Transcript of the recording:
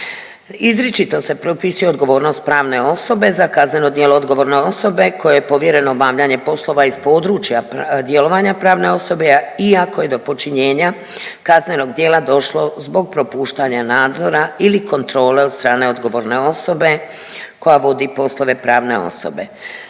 Izričito se propisuje odgovornost pravne osobe za kazneno djelo odgovorne osobe kojoj je povjereno obavljanje poslova iz područja djelovanja pravne osobe iako je do počinjenja kaznenog djela došlo zbog propuštanja nadzora ili kontrole od strane odgovorne osobe koja vodi poslove pravne osobe.